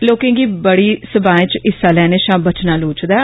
लोकें गी बड़डी सभाएं च हिस्सा लैने शा बचना लोढ़चदा ऐ